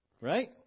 right